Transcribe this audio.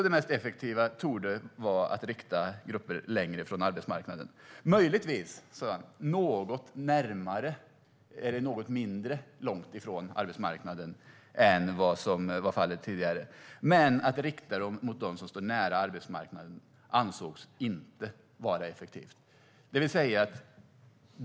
Det mest effektiva torde vara att rikta dem mot grupper som står längre från arbetsmarknaden. Han sa att de möjligtvis skulle riktas till grupper som står något mindre långt från arbetsmarknaden än vad som var fallet tidigare. Men att rikta dem mot dem som stod nära arbetsmarknaden ansågs inte vara effektivt.